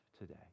today